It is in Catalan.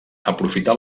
aprofità